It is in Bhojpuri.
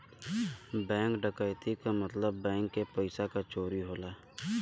बैंक डकैती क मतलब बैंक के पइसा क चोरी होला